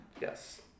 Yes